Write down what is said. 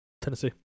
Tennessee